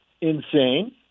insane